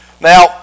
Now